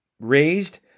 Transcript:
raised